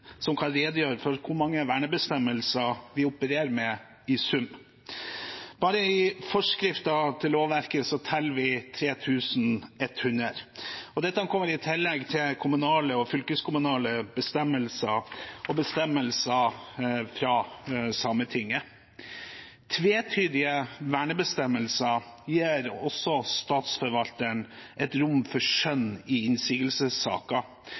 som kan redegjøre for hvor mange vernebestemmelser vi opererer med i sum. Bare i forskriften til lovverket teller vi 3 100. Dette kommer i tillegg til kommunale og fylkeskommunale bestemmelser og bestemmelser fra Sametinget. Tvetydige vernebestemmelser gir også Statsforvalteren et rom for skjønn i